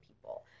people